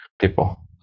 people